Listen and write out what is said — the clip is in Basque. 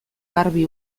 garbi